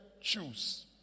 choose